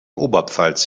oberpfalz